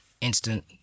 instant